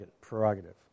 prerogative